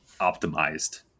optimized